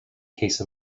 case